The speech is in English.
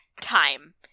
time